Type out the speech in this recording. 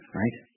right